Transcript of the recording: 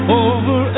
over